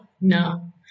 no